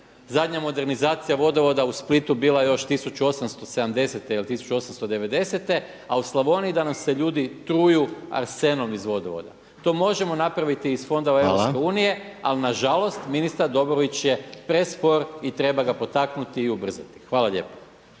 zadnja modernizacija vodovoda u Splitu bila još 1870. ili 1890. a u Slavoniji da nam se ljudi truju arsenom iz vodovoda. To možemo napraviti iz fondova EU ali nažalost ministar Dobrović je prespor i treba ga potaknuti i ubrzati. Hvala lijepo.